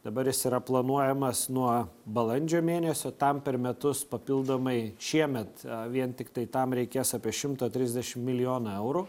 dabar jis yra planuojamas nuo balandžio mėnesio tam per metus papildomai šiemet vien tiktai tam reikės apie šimto trisdešim milijonų eurų